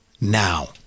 now